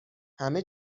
همه